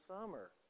summer